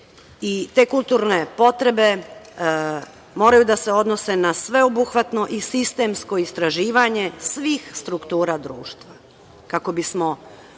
Te kulturne potrebe moraju da se odnose na sveobuhvatno i sistemsko istraživanje svih struktura društva, kako bismo